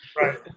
Right